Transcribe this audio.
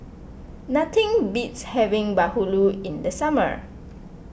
nothing beats having Bahulu in the summer